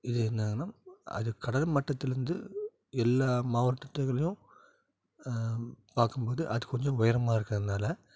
இது என்னதுனா அது கடல் மட்டத்தில் இருந்து எல்லா மாவட்டத்துலேயும் பார்க்கும் போது அது கொஞ்சம் உயரமாக இருக்கறதுனால